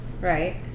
right